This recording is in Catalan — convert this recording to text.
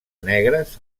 negres